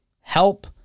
help